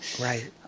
Right